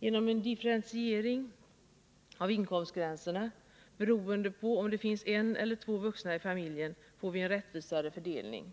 Genom en differentiering av inkomstgränserna beroende på om det finns en eller två vuxna i familjen får vi en rättvisare fördelning.